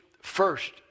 first